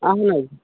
اَہن حظ